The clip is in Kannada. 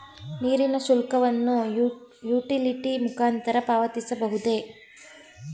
ನೀರಿನ ಶುಲ್ಕವನ್ನು ಯುಟಿಲಿಟಿ ಮುಖಾಂತರ ಪಾವತಿಸಬಹುದೇ?